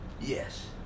Yes